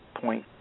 point